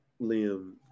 Liam